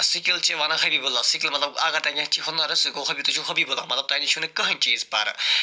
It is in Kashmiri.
سکل چھِ ونان حبیٖبُ اللہ سکل مَطلَب اگر تۄہہِ نِش کینٛہہ ہُنَر اَسہِ سُہ گوٚو حبیٖبُ اللہ مطلب تۄہہِ نِش چھِو حبیٖبُ اللہ مَطلَب تۄہہِ نِش چھُو نہٕ کٕہۭنۍ چیٖز پَرٕ